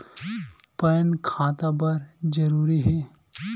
Pan खाता बर जरूरी हे?